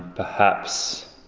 perhaps